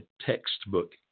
textbook